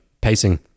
pacing